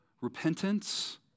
repentance